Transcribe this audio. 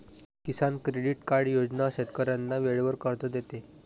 किसान credit card योजना शेतकऱ्यांना वेळेवर कर्ज देते